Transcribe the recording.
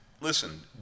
listen